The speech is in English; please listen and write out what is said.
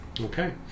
okay